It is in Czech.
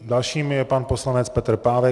Dalším je pan poslanec Petr Pávek.